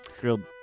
grilled